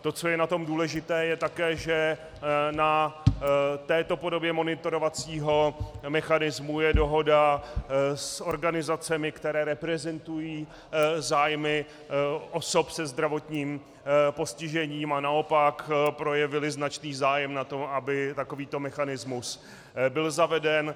To, co je na tom důležité je také, že na této podobě monitorovacího mechanismu je dohoda s organizacemi, které reprezentují zájmy osob se zdravotním postižením a naopak projevily značný zájem na tom, aby takovýto mechanismus byl zaveden.